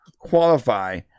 Qualify